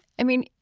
i mean,